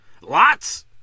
Lots